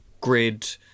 grid